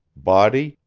body,